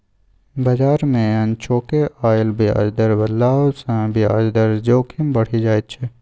बजार मे अनचोके आयल ब्याज दर बदलाव सँ ब्याज दर जोखिम बढ़ि जाइत छै